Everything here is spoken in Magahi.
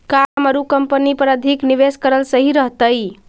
का हमर उ कंपनी पर अधिक निवेश करल सही रहतई?